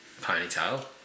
Ponytail